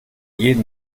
jeden